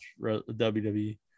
WWE